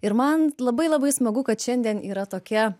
ir man labai labai smagu kad šiandien yra tokia